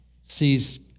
sees